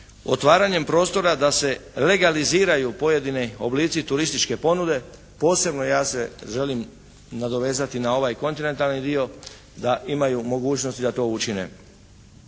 otvaranjem prostora da se legaliziraju pojedini oblici turističke ponude. Posebno ja se želim nadovezati na ovaj kontinentalni dio da imaju mogućnosti da to učine.